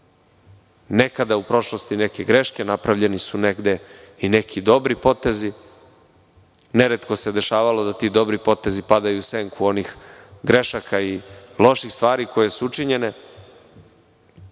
nekad u prošlosti neke greške, napravljeni su negde i neki dobri potezi. Neretko se dešavalo da ti dobri potezi padaju u senku onih grešaka i loših stvari koje su učinjene,